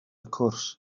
cwrs